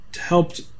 helped